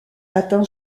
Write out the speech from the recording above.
atteint